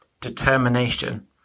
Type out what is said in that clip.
determination